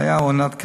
כליה או אונת כבד,